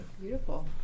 Beautiful